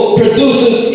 produces